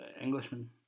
Englishman